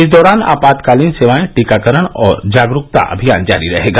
इस दौरान आपातकालीन सेवाए टीकाकरण और जागरूकता अभियान जारी रहेगा